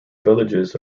villages